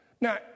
Now